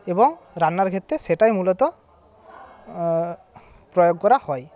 এবং রান্নার ক্ষেত্রে সেটাই মূলত প্রয়োগ করা হয়